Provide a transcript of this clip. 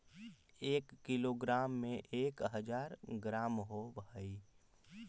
एक किलोग्राम में एक हज़ार ग्राम होव हई